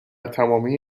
تمامی